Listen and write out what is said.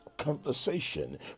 conversation